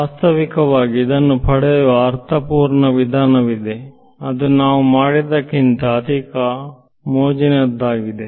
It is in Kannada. ವಾಸ್ತವಿಕವಾಗಿ ಇದನ್ನು ಪಡೆಯುವ ಅರ್ಥಪೂರ್ಣ ವಿಧಾನವಿದೆ ಅದು ನಾವು ಮಾಡಿದ್ದಕ್ಕಿಂತ ಅಧಿಕ ಮೋಜಿನದ್ದಾಗಿದೆ